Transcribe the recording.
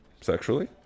Sexually